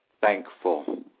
thankful